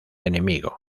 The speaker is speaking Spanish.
enemigo